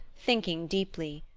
thinking deeply.